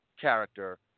character